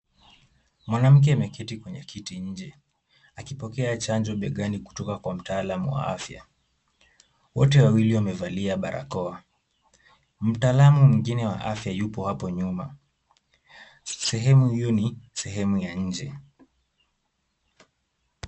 Mwanamke ameketi kwenye kiti nje, akipokea chanjo pekani kutoka kwa mtaalam wa afya . Wote wawili wamevalia barakoa mtaalum mwingine wa afya yuko hapo nyuma. Sehemu hio ni sehemu ya nje.